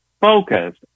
focused